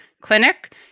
Clinic